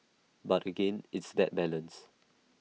but again it's that balance